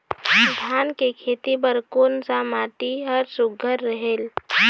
धान के खेती बर कोन सा माटी हर सुघ्घर रहेल?